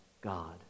God